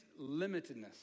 limitedness